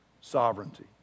sovereignty